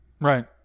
Right